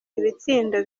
ibitsindo